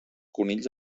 conills